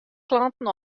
klanten